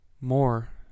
more